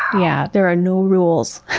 yeah, there are no rules.